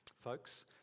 folks